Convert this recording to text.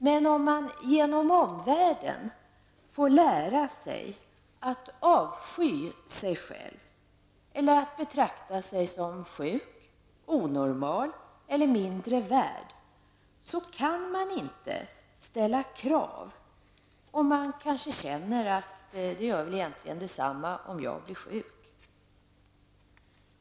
Men om man genom omvärlden får lära sig att avsky sig själv eller att betrakta sig som sjuk, onormal eller mindre värd, så kan man inte ställa krav, och man kanske känner att det gör detsamma om man blir sjuk.